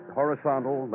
horizontal